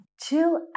Chill